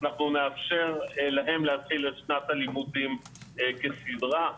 אנחנו נאפשר להם להתחיל את שנת הלימודים כסדרה.